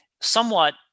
somewhat